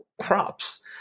crops